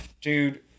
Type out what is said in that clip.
dude